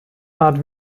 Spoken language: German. art